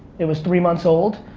it was three months old.